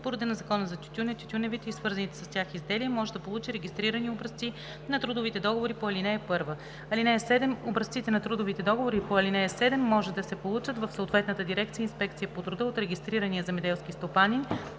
по реда на Закона за тютюна, тютюневите и свързаните с тях изделия, може да получи регистрирани образци на трудовите договори по ал. 1. (7) Образците на трудовите договори по ал. 7 може да се получат в съответната дирекция „Инспекция по труда“ от регистрирания земеделски стопанин